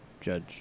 judge